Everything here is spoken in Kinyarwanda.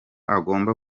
agomba